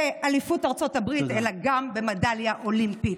באליפות ארצות הברית אלא גם במדליה אולימפית.